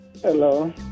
Hello